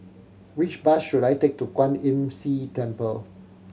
which bus should I take to Kwan Imm See Temple